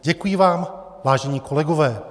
Děkuji vám, vážení kolegové.